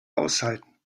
aushalten